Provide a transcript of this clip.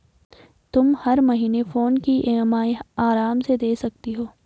तुम हर महीने फोन की ई.एम.आई आराम से दे सकती हो